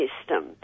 system